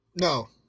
No